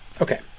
Okay